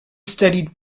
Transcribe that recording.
studied